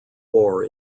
war